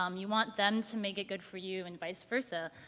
um you want them to make it good for you and vice versa.